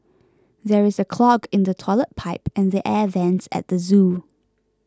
there is a clog in the Toilet Pipe and the Air Vents at the zoo